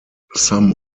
some